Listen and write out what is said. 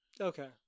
Okay